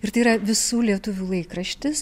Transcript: ir tai yra visų lietuvių laikraštis